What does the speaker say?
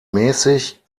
mäßig